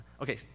Okay